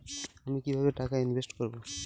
আমি কিভাবে টাকা ইনভেস্ট করব?